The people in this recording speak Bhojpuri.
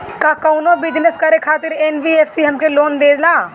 का कौनो बिजनस करे खातिर एन.बी.एफ.सी हमके लोन देला?